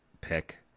pick